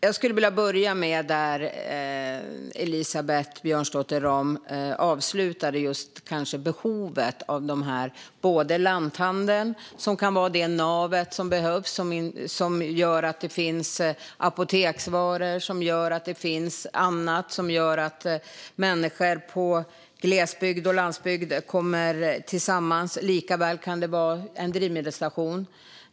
Jag skulle vilja börja där Elisabeth Björnsdotter Rahm avslutade, med behovet av lanthandeln, som kan vara det nav som behövs och som gör att det finns apoteksvaror och annat och att människor i glesbygd och på landsbygden kommer samman. Det kan också vara en drivmedelsstation.